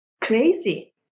crazy